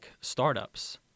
startups